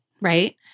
right